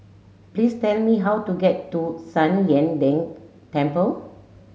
please tell me how to get to San Lian Deng Temple